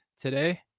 today